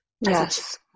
Yes